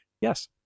yes